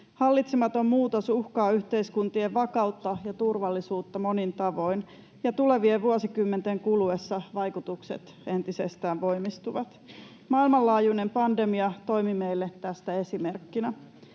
Hallitsematon muutos uhkaa yhteiskuntien vakautta ja turvallisuutta monin tavoin, ja tulevien vuosikymmenten kuluessa vaikutukset entisestään voimistuvat. Maailmanlaajuinen pandemia toimi meille tästä esimerkkinä.